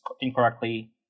incorrectly